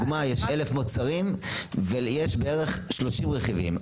יש אלף מוצרים ויש כ-30 רכיבים.